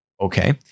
Okay